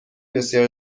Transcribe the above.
بسیار